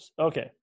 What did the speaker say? Okay